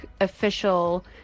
official